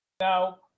Now